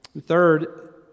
Third